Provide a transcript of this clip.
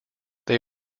they